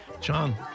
John